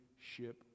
ship